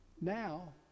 now